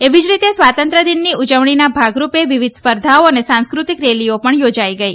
એવી જ રીતે સ્વાતંત્ર્યદિનની ઉજવણીના ભાગરૂપે વિવિધ સ્પર્ધાઓ સાંસ્કૃતિ રેલીઓ પણ યોજાઇ ગઇ